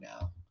now